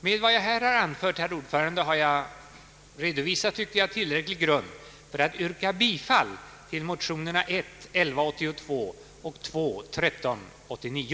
Med vad jag nu anfört, herr talman, har jag enligt min mening redovisat tillräcklig grund för att yrka bifall till motionerna I: 1182 och II: 1389.